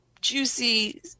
juicy